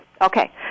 Okay